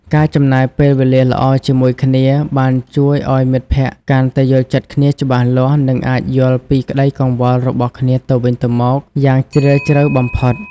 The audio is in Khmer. ការចំណាយពេលវេលាល្អជាមួយគ្នាបានជួយឱ្យមិត្តភក្តិកាន់តែយល់ចិត្តគ្នាច្បាស់លាស់និងអាចយល់ពីក្តីកង្វល់របស់គ្នាទៅវិញទៅមកយ៉ាងជ្រាលជ្រៅបំផុត។